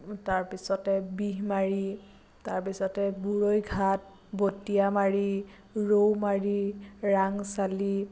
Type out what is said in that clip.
তাৰপিছতে বিহমাৰি তাৰপিছতে বুৰৈ ঘাট বটিয়ামাৰি ৰৌমাৰি ৰাংচালি